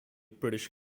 british